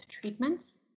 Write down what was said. treatments